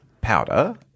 powder